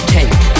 take